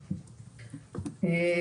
בבקשה.